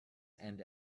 and